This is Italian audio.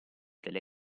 delle